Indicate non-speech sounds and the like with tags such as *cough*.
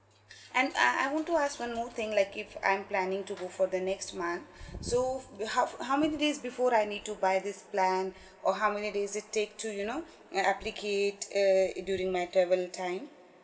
and uh I want to ask one more thing like if I'm planning to go for the next month *breath* so how how many days before I need to buy this plan or how many days it take to you know uh applicate uh it during my travel time